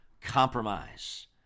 compromise